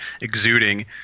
exuding